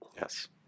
Yes